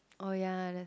oh ya that's